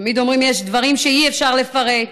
תמיד אומרים: יש דברים שאי-אפשר לפרט.